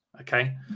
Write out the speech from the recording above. okay